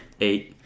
Eight